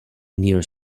near